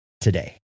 today